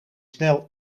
snel